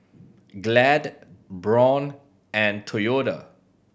Glad Braun and Toyota